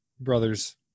brothers